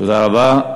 תודה רבה.